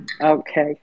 Okay